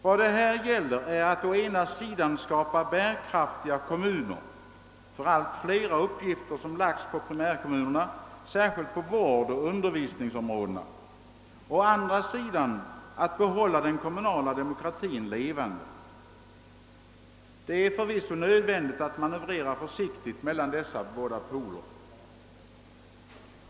Vad det gäller är å ena sidan att skapa bärkraftiga kommuner för de allt flera uppgifter som lagts på primärkommunerna, särskilt inom vårdoch undervisningsområdena, och å andra sidan att behålla den kommunala demokratin levande. Det är förvisso nödvändigt att manövrera försiktigt mellan dessa båda poler.